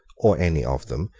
or any of them,